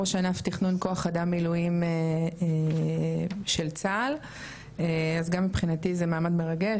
ראש ענף תכנון כוח אדם מילואים של צה"ל אז גם מבחינתי זה מעמד מרגש,